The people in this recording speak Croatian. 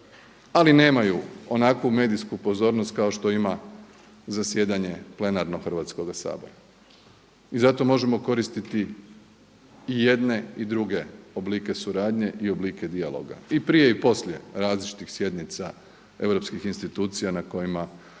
ali nemaju onakvu medijsku pozornost kao što ima zasjedanje plenarno Hrvatskoga sabora. I zato možemo koristiti i jedne i druge oblike suradnje i oblike dijaloga i prije i poslije različitih sjednica europskih institucija na kojima